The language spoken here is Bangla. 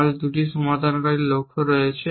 আমাদের 2টি সমাধানকারীর লক্ষ্য রয়েছে